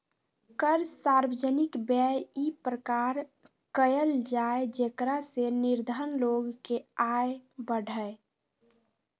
कर सार्वजनिक व्यय इ प्रकार कयल जाय जेकरा से निर्धन लोग के आय बढ़य